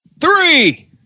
Three